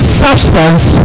substance